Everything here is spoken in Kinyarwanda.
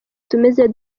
tumeze